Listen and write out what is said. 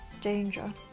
danger